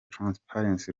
transparency